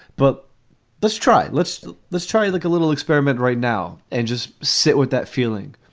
but let's try. let's let's try like a little experiment right now and just sit with that feeling.